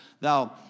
thou